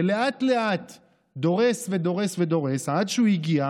ולאט-לאט דורס ודורס ודורס עד שהוא מגיע